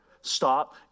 Stop